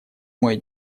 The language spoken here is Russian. мой